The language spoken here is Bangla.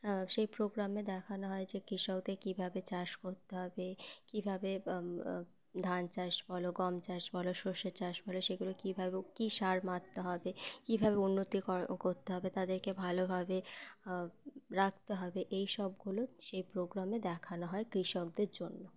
হ্যাঁ সেই প্রোগ্রামে দেখানো হয় যে কৃষকদের কীভাবে চাষ করতে হবে কীভাবে ধান চাষ বলো গম চাষ বলো শস্য চাষ বলো সেগুলো কীভাবে কী সার মারতে হবে কীভাবে উন্নতি কর করতে হবে তাদেরকে ভালোভাবে রাখতে হবে এই সবগুলো সেই প্রোগ্রামে দেখানো হয় কৃষকদের জন্য